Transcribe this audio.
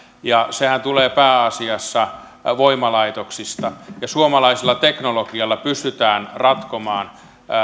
ja sehän tulee pääasiassa voimalaitoksista ja suomalaisella teknologialla pystytään ratkomaan